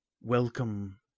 Welcome